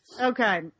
Okay